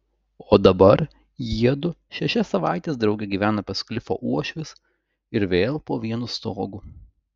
o dabar jiedu šešias savaites drauge gyvena pas klifo uošvius ir vėl po vienu stogu